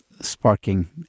sparking